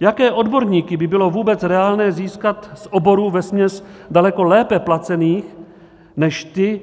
Jaké odborníky by bylo vůbec reálné získat z oborů vesměs daleko lépe placených než ty